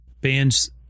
bands